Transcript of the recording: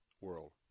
world